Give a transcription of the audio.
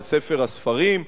על ספר-הספרים.